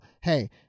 hey